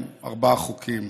עם ארבעה חוקים.